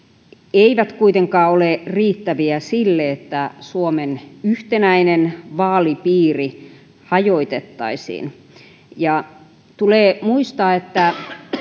eivät kuitenkaan ole riittäviä sille että suomen yhtenäinen vaalipiiri hajotettaisiin tulee muistaa että